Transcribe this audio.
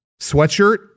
Sweatshirt